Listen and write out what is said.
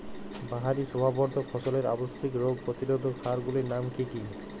বাহারী শোভাবর্ধক ফসলের আবশ্যিক রোগ প্রতিরোধক সার গুলির নাম কি কি?